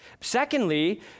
Secondly